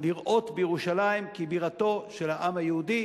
לראות בירושלים את בירתו של העם היהודי.